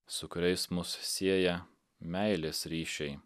su kuriais mus sieja meilės ryšiai